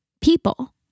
people